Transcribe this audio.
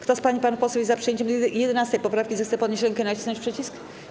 Kto z pań i panów posłów jest za przyjęciem 11. poprawki, zechce podnieść rękę i nacisnąć przycisk.